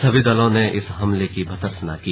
सभी दलों ने इस हमले की भर्तसना की